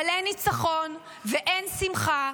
אבל אין ניצחון ואין שמחה,